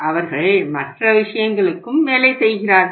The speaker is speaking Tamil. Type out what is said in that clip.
அவர்கள் மற்ற விஷயங்களுக்கும் வேலை செய்கிறார்கள்